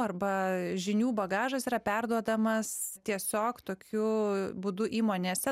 arba žinių bagažas yra perduodamas tiesiog tokiu būdu įmonėse